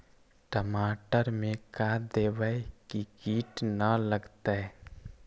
टमाटर में का देबै कि किट न लगतै?